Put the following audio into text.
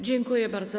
Dziękuję bardzo.